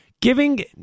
giving